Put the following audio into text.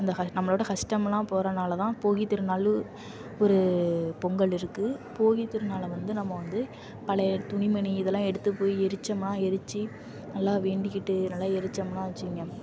அந்த க நம்மளோட கஷ்டம்லாம் போகிறனாலதான் போகித்திருநாள் ஒரு பொங்கல் இருக்குது போகித்திருநாளை வந்து நம்ம வந்து பழைய துணி மணி இதெல்லாம் எடுத்து போய் எரிச்சம்மா எரிச்சு நல்லா வேண்டிக்கிட்டு நல்லா எரிச்சம்னால் வச்சிங்க